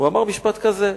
הוא אמר משפט כזה: